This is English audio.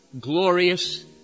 Glorious